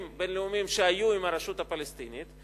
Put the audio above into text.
בין-לאומיים שהיו עם הרשות הפלסטינית,